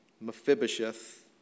Mephibosheth